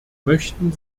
möchten